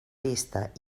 vista